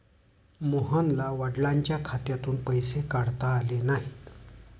मोहनला वडिलांच्या खात्यातून पैसे काढता आले नाहीत